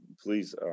Please